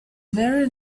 very